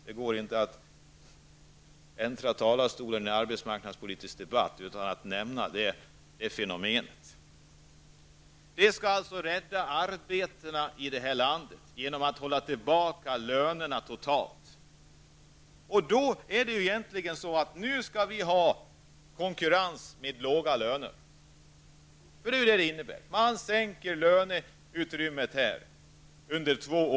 Det går inte att äntra talarstolen i en arbetsmarknadspolitisk debatt utan att nämna det fenomenet. Vi skall alltså rädda arbetena i landet genom att totalt sett hålla tillbaka lönerna. Det innebär alltså att vi nu skall införa konkurrens med låga löner. Man sänker löneutrymmet under tre år.